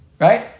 right